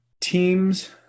teams